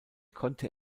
konnte